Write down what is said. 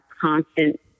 constant